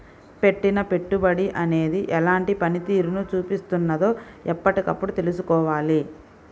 పెట్టిన పెట్టుబడి అనేది ఎలాంటి పనితీరును చూపిస్తున్నదో ఎప్పటికప్పుడు తెల్సుకోవాలి